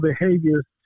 behaviors